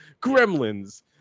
Gremlins